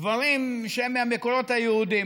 דברים שהם מהמקורות היהודיים.